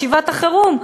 ישיבת החירום,